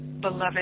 beloved